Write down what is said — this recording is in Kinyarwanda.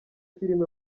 filime